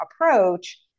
approach